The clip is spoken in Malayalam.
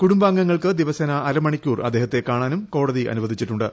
കുടുംബാംഗങ്ങൾക്ക് ദിവസേന അര മണിക്കൂർ അദ്ദേഹത്തെ കാണാനും കോടതി അനുവദിച്ചിട്ടുണ്ട്